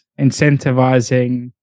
incentivizing